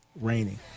raining